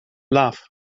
love